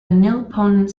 nilpotent